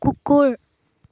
কুকুৰ